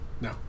No